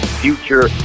future